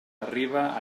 arriba